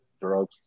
drugs